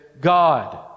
God